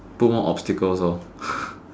put more obstacles hor